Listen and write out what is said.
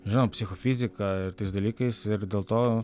žinoma psichofizika ir tais dalykais ir dėl to